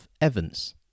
Evans